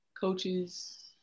coaches